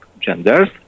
genders